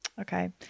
Okay